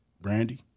Brandy